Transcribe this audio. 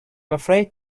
afraid